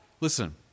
Listen